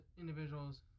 individuals